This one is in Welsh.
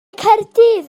caerdydd